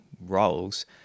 roles